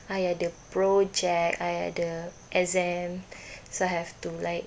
I ada project I ada exam so I have to like